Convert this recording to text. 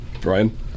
Brian